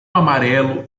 amarelo